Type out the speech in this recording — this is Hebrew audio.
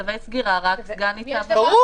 צווי סגירה רק סגן ניצב --- ברור.